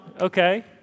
okay